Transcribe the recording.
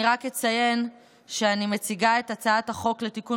אני רק אציין שאני מציגה את הצעת החוק לתיקון